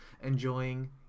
enjoying